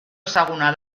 ezaguna